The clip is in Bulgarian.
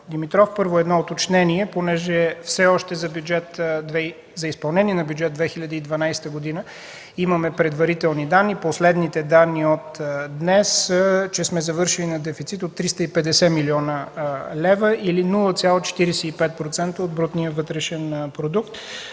Димитров, първо, едно уточнение, понеже все още за изпълнение на Бюджет 2012 г. имаме предварителни данни. Последните данни от днес са, че сме завършили на дефицит от 350 млн. лв. или 0,45% от брутния вътрешен продукт.